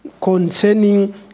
concerning